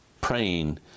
praying